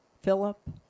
Philip